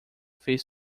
fez